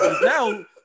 now